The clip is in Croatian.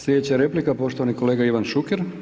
Slijedeća replika poštovani kolega Ivan Šuker.